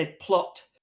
plot